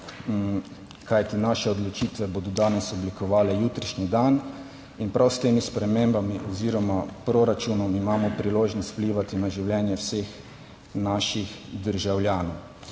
kajti naše odločitve bodo danes oblikovale jutrišnji dan. In prav s temi spremembami oziroma proračunom imamo priložnost vplivati na življenje vseh naših državljanov.